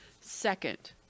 Second